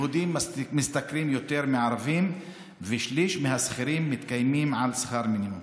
יהודים משתכרים יותר מערבים ושליש מהשכירים מתקיימים על שכר מינימום.